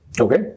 Okay